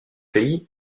pays